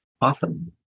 Awesome